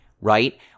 right